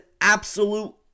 absolute